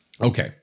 Okay